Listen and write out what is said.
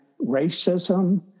racism